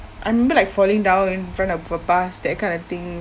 I remember like falling down in front of a bus that kind of thing